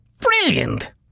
Brilliant